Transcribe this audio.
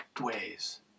ways